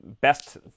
best